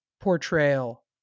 portrayal